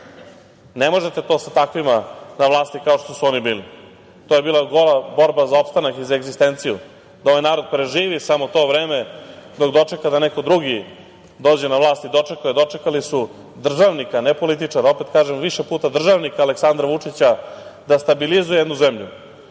Ne možete to sa takvima na vlasti kao što su oni bili. To je bila gola borba za opstanak za egzistenciju, da ovaj narod preživi samo to vreme dok dočeka da neko drugi dođe na vlast i dočekali su državnika, a ne političara. Opet kažem više puta, dočekali su državnika Aleksandra Vučića da stabilizuje jednu zemlju,